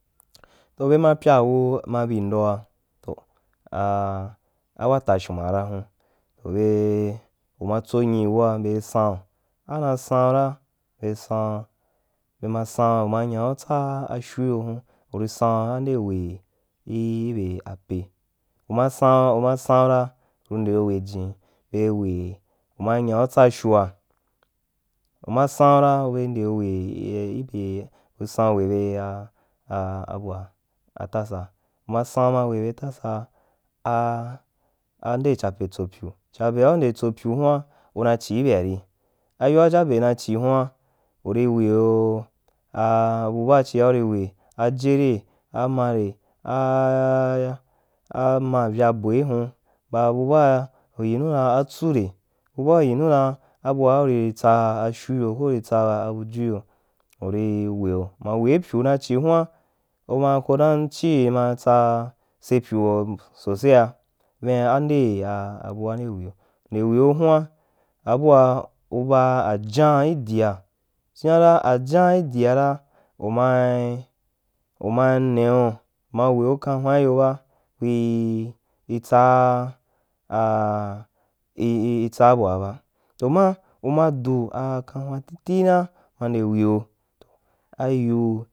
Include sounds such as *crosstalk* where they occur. Toh be ma oyaa wu ma bii ndoa, to ha *hesitation* watashun ha hun uri uma tsonyii wua beī saun waa una saun ra be saun bema saun uma nya u tsu afyu iyo hen uri saun na nde we, *hesitation* ibe ape umu saun-umma saun na uu ndeo we jin bei we uma nya u tsafyua u ma saun ra bei nde we ibe eh u saun we be tasa uma sun ma we tastasa, *hesitation* ande chape tsopyu chapea unde tsopyu huan una chíí beari ayoa jape na chi huan uri we a *hesitation* abu ba chía uri we eye re, ama re a *hesitation* amaa uya bol hun ba bu baa uyi nu dan atsure bu baa uyinu dan abu baa uri tsu afyu ciyo ko uri tsa abuyu uyo urii weo ma we ipyu ma ko dan chi ma tsa sepya sosea vin ande a abua nde weo nde weo huan abua uba ajan idīa, chianra ajam idia ra umai neu ma weu kan hwanuyo ba ku *hesitation* kuî tsuh ahh tsa bua ha ba, to ma uma du a kanhwam titi ma nde weo ayiue i yi